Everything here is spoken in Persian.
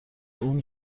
اون